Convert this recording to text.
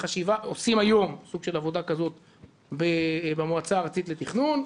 עושים היום סוג של עבודה כזאת במועצה הארצית לתכנון,